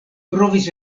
provis